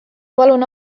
palun